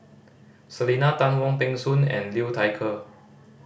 Selena Tan Wong Peng Soon and Liu Thai Ker